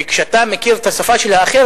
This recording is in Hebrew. וכשאתה מכיר את השפה של האחר,